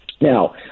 Now